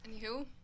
anywho